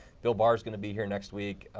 bill barr is going to be here next week,